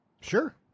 Sure